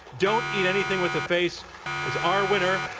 don't eat anything with a face is our winner.